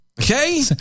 Okay